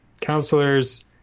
counselors